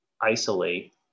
isolate